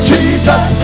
Jesus